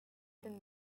than